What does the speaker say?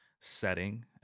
setting